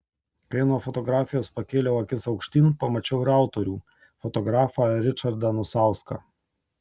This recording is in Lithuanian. kai nuo fotografijos pakėliau akis aukštyn pamačiau ir autorių fotografą ričardą anusauską